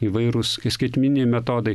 įvairūs skaitmeniniai metodai